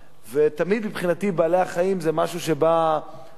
ותמיד מבחינתי בעלי-החיים זה משהו שבא אומנם